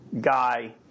guy